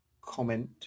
comment